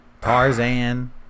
Tarzan